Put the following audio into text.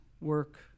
work